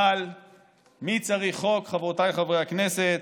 אבל מי צריך חוק, חברותיי חברי הכנסת?